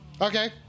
Okay